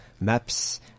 MAPS